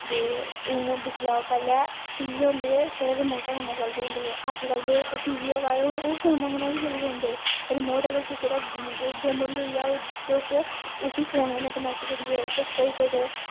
दे हून दिक्खी लो पैहलें टीवी होंदे हे छडे़ रिमोटे कन्नै चलदे होंदे ऐ अजकल दे टीवी अवा दे हून ओह् फोने कन्नै बी चली पौंदे रिमोट अगर कुसै दा गुम बी होई गेदा होऐ तुस उसी फोन कन्नै कनैक्ट करियै तुस करी सकदे